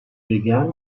began